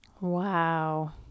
Wow